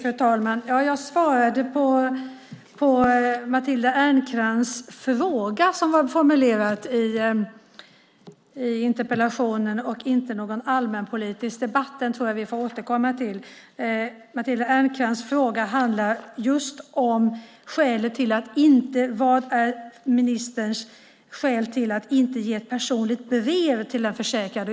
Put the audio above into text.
Fru talman! Jag svarade på Matilda Ernkrans fråga som var formulerad i interpellationen och inte på någon allmänpolitisk debatt. Den tror jag att vi får återkomma till. Matilda Ernkrans fråga är: Vad är ministerns skäl till att inte ge ett personligt brev till den försäkrade?